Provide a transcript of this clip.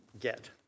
get